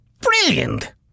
brilliant